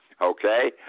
Okay